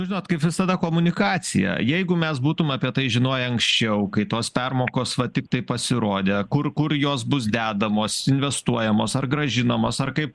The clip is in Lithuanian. žinot kaip visada komunikacija jeigu mes būtum apie tai žinoję anksčiau kai tos permokos va tiktai pasirodė kur kur jos bus dedamos investuojamos ar grąžinamos ar kaip